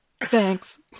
thanks